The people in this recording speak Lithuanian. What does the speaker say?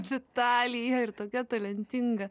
vitalija ir tokia talentinga